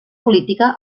política